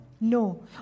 No